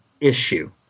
issue